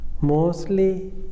mostly